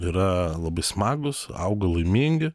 yra labai smagūs auga laimingi